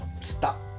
stop